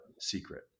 secret